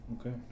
Okay